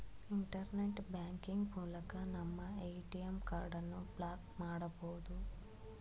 internet banking ಮೂಲಕ ನಮ್ಮ ATM ಕಾರ್ಡನ್ನು ಬ್ಲಾಕ್ ಮಾಡಬೊದು